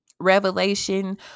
revelation